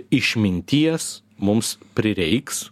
išminties mums prireiks